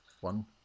one